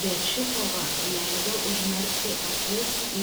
bet ši kova leido užmerkti akis į